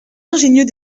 ingénieux